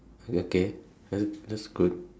okay that's that's good